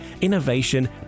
innovation